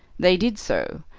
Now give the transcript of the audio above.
they did so,